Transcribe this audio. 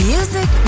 Music